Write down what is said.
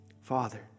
Father